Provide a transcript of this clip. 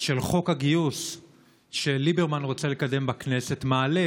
של חוק הגיוס שליברמן רוצה לקדם בכנסת מעלה